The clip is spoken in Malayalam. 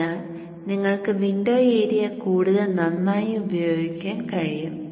അതിനാൽ നിങ്ങൾക്ക് വിൻഡോ ഏരിയ കൂടുതൽ നന്നായി ഉപയോഗിക്കാൻ കഴിയും